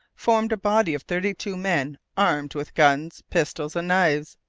formed a body of thirty-two men armed with guns, pistols, and knives.